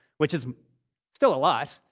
which is still a lot,